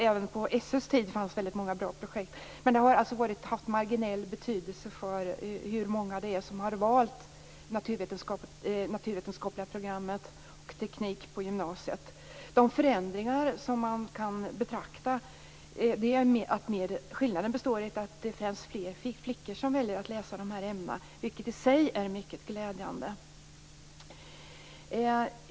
Även på SÖ:s tid fanns väldigt många bra projekt, men de har haft marginell betydelse för hur många det har varit som har valt det naturvetenskapliga programmet och teknik på gymnasiet. Den främsta skillnaden består i att det nu är fler flickor som väljer att läsa de här ämnena, vilket i sig är mycket glädjande.